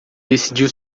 decidiu